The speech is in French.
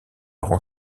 rend